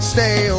Stay